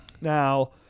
Now